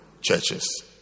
churches